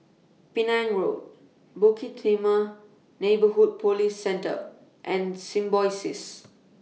Penang Road Bukit Timah Neighbourhood Police Centre and Symbiosis